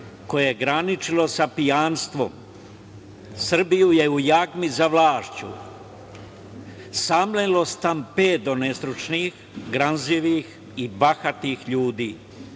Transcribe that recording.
koje se graničilo sa pijanstvom, Srbiju je u jagmi za vlašću samlelo stampedo nestručnih, gramzivih i bahatih ljudi,